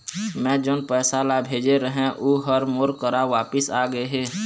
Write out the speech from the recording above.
मै जोन पैसा ला भेजे रहें, ऊ हर मोर करा वापिस आ गे हे